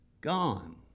gone